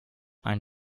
ein